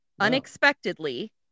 unexpectedly